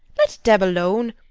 let deb alone!